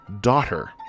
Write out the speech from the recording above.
daughter